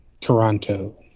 Toronto